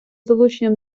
залученням